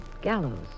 gallows